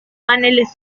paneles